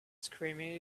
screaming